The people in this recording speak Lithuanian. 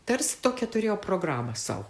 tarsi tokią turėjo programą sau